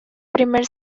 primer